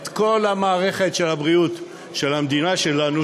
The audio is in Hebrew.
את כל מערכת הבריאות של המדינה שלנו,